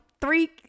Three